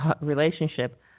relationship